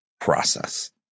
process